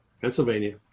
Pennsylvania